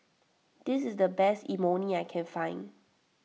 this is the best Imoni I can find